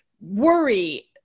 worry